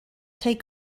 take